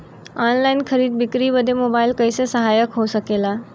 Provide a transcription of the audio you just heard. Online खरीद बिक्री बदे मोबाइल कइसे सहायक हो सकेला?